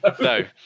No